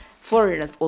foreigners